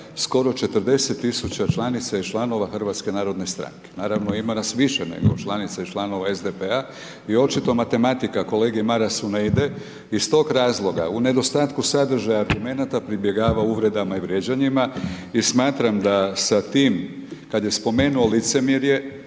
skoro 40 000 članica i članica HNS-a. Naravno, ima nas više nego članica i članova SDP-a i očito matematika kolegi Marasu ne ide. Iz tog razloga u nedostatku sadržaja, .../Govornik se ne razumije./... pribjegava uvredama i vrijeđanjima i smatram da sa tim kad je spomenuo licemjerje,